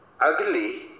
ugly